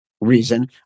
reason